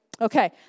Okay